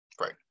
Right